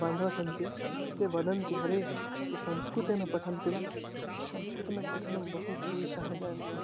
बान्धवाः सन्ति ते वदन्ति अरे तु संस्कृतेन पठन्ति वा संस्कृतेन पठनं बहु क्लेशः जायते